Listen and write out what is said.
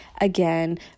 again